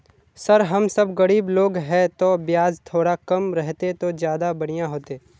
sir हम सब गरीब लोग है तो बियाज थोड़ा कम रहते तो ज्यदा बढ़िया होते